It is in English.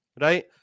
right